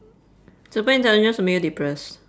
super intelligence would make you depressed